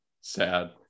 Sad